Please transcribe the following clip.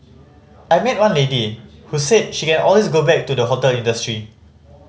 I met one lady who said she can always go back to the hotel industry